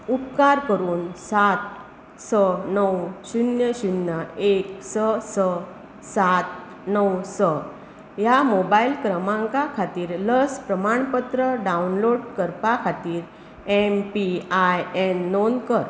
उपकार करून सात स णव शुन्य शुन्य एक स स सात णव स ह्या मोबायल क्रमांका खातीर लस प्रमाणपत्र डावनलोड करपा खातीर एम पी आय एन नोंद कर